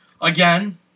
Again